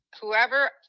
whoever